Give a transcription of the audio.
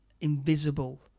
invisible